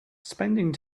spending